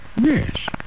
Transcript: Yes